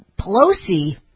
Pelosi